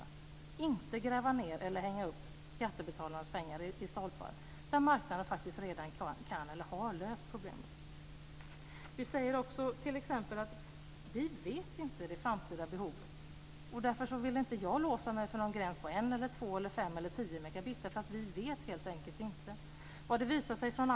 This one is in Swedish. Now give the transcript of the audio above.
Man ska inte använda skattebetalarnas pengar för att gräva ned eller hänga upp kablarna i stolpar, när marknaden faktiskt redan kan eller har löst problemet. Vi säger också att vi inte vet hur stort det framtida behovet blir. Därför vill inte jag låsa mig vid någon gräns på en, två, fem eller tio megabit, eftersom vi helt enkelt inte vet hur stort behovet blir.